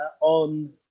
on